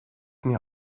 mir